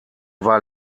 war